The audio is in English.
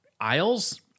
aisles